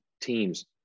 teams